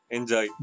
Enjoy